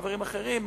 חברים אחרים,